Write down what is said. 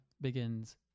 begins